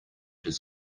his